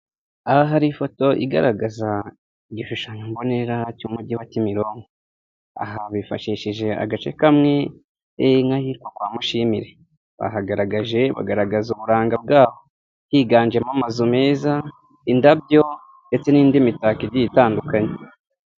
Aha hari ifoto igaragaza igishushanyombonera cy'umujyi wa Kimironko, aha bifashishije agace kamwe nk'ahitwa kwa Mushimire, bahagaragaje. bagaragaza uburanga bw'aho, higanjemo amazu meza, indabyo, ndetse n'indi mitako igiye itandukanye.